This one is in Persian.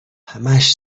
همش